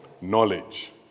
Knowledge